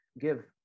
give